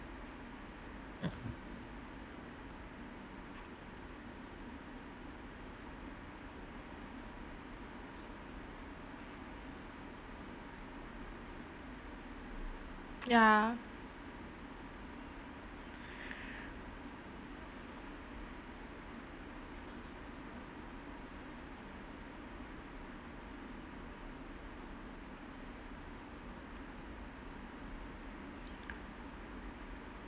mm ya